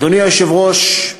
אדוני היושב-ראש,